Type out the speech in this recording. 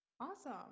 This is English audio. awesome